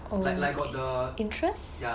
oh interest